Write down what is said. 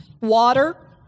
Water